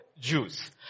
Jews